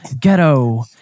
ghetto